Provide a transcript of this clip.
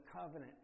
Covenant